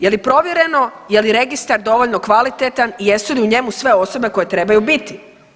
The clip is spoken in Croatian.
Je li provjereno, je li registar dovoljno kvalitetan i jesu li u njemu sve osobe koje trebaju biti?